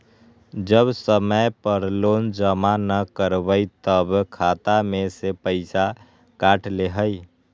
जब समय पर लोन जमा न करवई तब खाता में से पईसा काट लेहई?